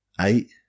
eight